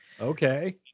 Okay